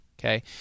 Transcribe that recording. Okay